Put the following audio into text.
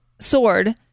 sword